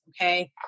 okay